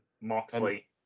Moxley